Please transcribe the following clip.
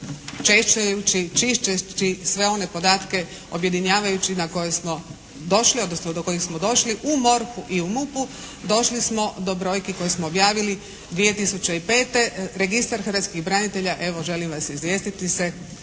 češljajući, čisteći sve one podatke, objedinjavajući na koje smo došli, odnosno do kojih smo došli u MORH-u i u MUP-u došli smo do brojki koje smo objavili 2005. registar hrvatskih branitelja evo želim vas izvijestiti se